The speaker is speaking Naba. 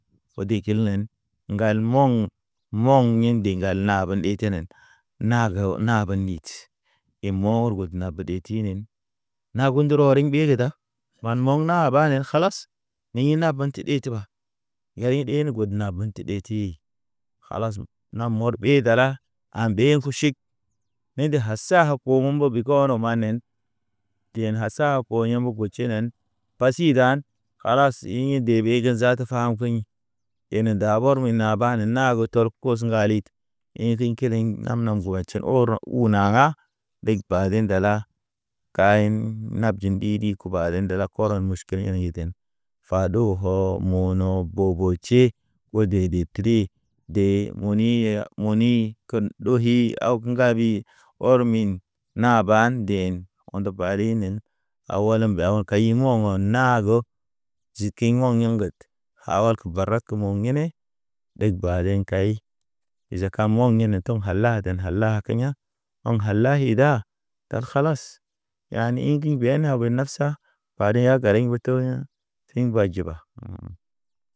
Mɔŋ yḛ ndeŋgal na ba ndetenen nagew nabe nitʃ, e mɔr ɔr god na be tinen. Na gundurɔ ɔriŋ beeg da man mɔŋ na ba ne kalas. Ni yi na ban te ɗe teɓa, yayi ɗen gudna bən ti ɗeti. Kalas nam mɔr dala, an ɗen kuʃik, mende ka saako um biko ɔnɔ manen. Den a sako yambo gotʃinen, pasi dan kalas i ḭ debe ge zaata kam keɲ. Yene dabɔr me naba ne nago tor koso ŋgalid. Ḭ tinkiliŋ nam- nam guwatʃḛ ɔrnɔ u naŋa, ɗeg badin dala kaɲen nap jin ɗi-ɗi kuba ɗen dala kɔrɔ meʃ keni yen iden. Faɗo hɔ mono bobo tʃi, ɓode de tri, dee moni, moni ken ɗohi aw ke ŋgabi. Ɔr min naba nden onde badinen, aw walam aw kayi mɔŋgɔ naago. Ziki mɔŋ yaŋ ŋged, hawalk barak mɔŋ yene, ɗeg baden kay, izakan mɔŋ yene tɔŋ a laden a lakiya̰. Ɔŋ ha lay da kalas, yani ḭgiŋ be ne aw be nap sa. Badiŋ ya gariŋ oto ya̰ fiŋ ba jiba.